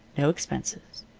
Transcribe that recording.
no expenses.